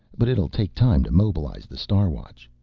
but it'll take time to mobilize the star watch.